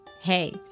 Hey